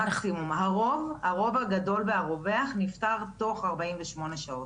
הרוב הגדול והרווח נפתר תוך ארבעים ושמונה שעות.